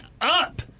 up